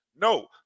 No